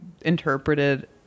interpreted